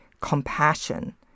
compassion